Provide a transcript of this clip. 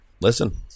listen